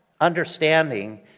understanding